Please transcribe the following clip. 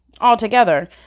altogether